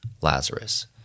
Lazarus